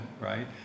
right